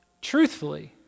truthfully